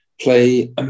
play